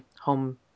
home